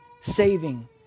saving